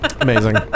Amazing